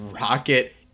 Rocket